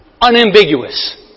unambiguous